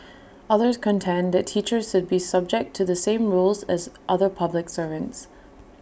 others contend that teachers should be subject to the same rules as other public servants